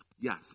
yes